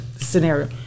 scenario